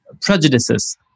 prejudices